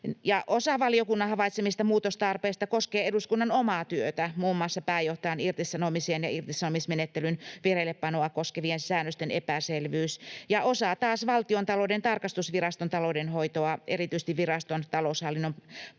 Osa valiokunnan havaitsemista muutostarpeista koskee eduskunnan omaa työtä, muun muassa pääjohtajan irtisanomisen ja irtisanomismenettelyn vireillepanoa koskevien säännösten epäselvyys, ja osa taas valtiontalouden tarkastusviraston taloudenhoitoa, erityisesti viraston taloushallinnon prosessien ja